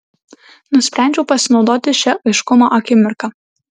nusprendžiu pasinaudoti šia aiškumo akimirka